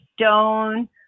Stone